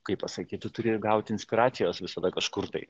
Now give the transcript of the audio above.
kaip pasakyti turi ir gauti inspiracijos visada kažkur tai